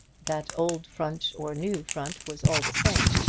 that old front or new front was all the same.